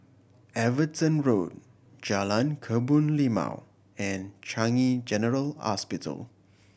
Everton Road Jalan Kebun Limau and Changi General Hospital